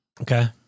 okay